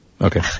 Okay